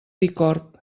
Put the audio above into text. bicorb